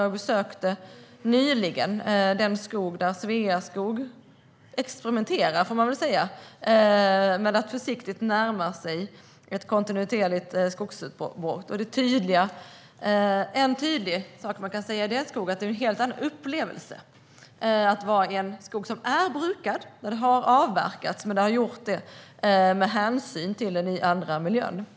Jag besökte nyligen den skog där Sveaskog experimenterar med att försiktigt närma sig en kontinuerlig skogsvård. En tydlig sak är att det är en helt annan upplevelse att vara i en skog som har brukats eller avverkats med hänsyn till en ny miljö.